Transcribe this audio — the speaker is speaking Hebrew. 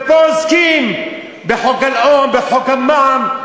ופה עוסקים בחוק הלאום, בחוק המע"מ.